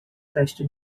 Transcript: teste